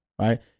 right